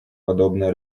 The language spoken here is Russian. подобное